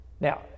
Now